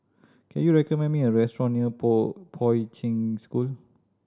can you recommend me a restaurant near Poi Poi Ching School